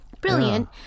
Brilliant